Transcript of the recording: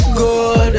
good